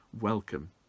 welcome